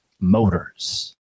Motors